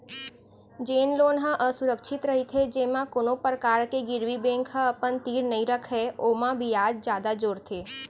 जेन लोन ह असुरक्छित रहिथे जेमा कोनो परकार के गिरवी बेंक ह अपन तीर नइ रखय ओमा बियाज जादा जोड़थे